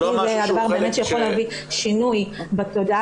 זה דבר שבאמת יכול להביא שינוי בתודעה.